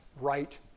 right